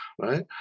right